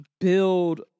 build